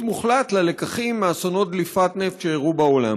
מוחלט ללקחים מאסונות דליפת נפט שאירעו בעולם.